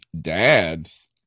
dad's